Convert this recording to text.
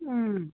ம்